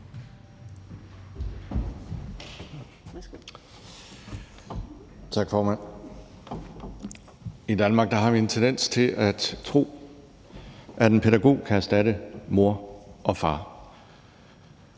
Tak, formand. I Danmark har vi en tendens til at tro, at en pædagog kan erstatte mor og far,